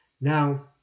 Now